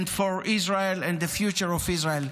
and for Israel and the future of Israel.